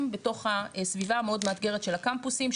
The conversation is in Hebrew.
בתוך הסביבה המאוד מאתגרת של הקמפוסים,